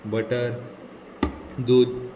butter दूद